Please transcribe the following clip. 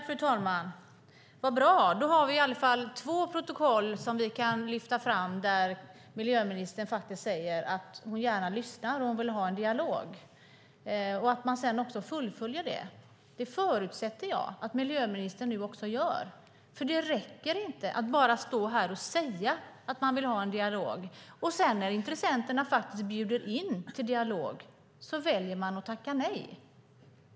Fru talman! Vad bra! Då finns det två protokoll där det framgår att miljöministern gärna lyssnar och vill ha en dialog. Sedan ska den fullföljas. Jag förutsätter att miljöministern gör detta. Det räcker inte att stå här och säga att man vill ha en dialog, och sedan när intressenterna faktiskt bjuder in till dialog väljer man att tacka nej.